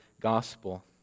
gospel